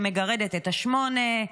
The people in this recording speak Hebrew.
שמגרדת את השמונה.